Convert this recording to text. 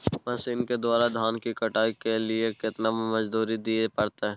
Machine के द्वारा धान की कटाइ के लिये केतना मजदूरी दिये परतय?